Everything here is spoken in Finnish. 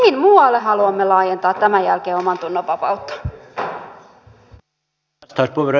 mihin muualle haluamme laajentaa tämän jälkeen omantunnonvapautta